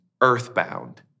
earthbound